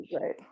Right